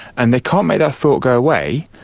and they can't make that thought go away,